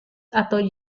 atau